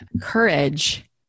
courage